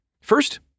First